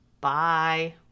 Bye